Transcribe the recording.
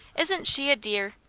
isn't she a dear?